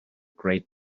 great